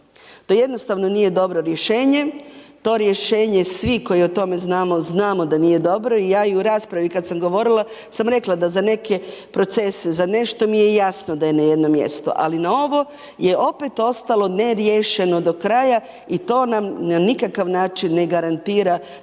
To jednostavno nije dobro rješenje, to rješenje svi koji o tome znamo, znamo da nije dobro. I ja i u raspravi kad sam govorila sam rekla da za neke procese, za nešto mi je jasno da je na jednom mjestu ali na ovo je opet ostalo neriješeno do kraja i to nam na nikakav način ne garantira, na